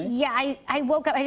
yeah, i woke up.